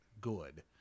good